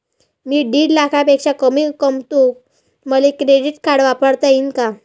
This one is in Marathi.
मी दीड लाखापेक्षा कमी कमवतो, मले क्रेडिट कार्ड वापरता येईन का?